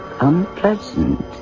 unpleasant